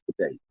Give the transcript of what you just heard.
today